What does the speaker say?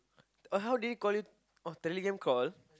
uh how did it call you oh Telegram call